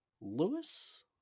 Lewis